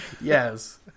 yes